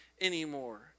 anymore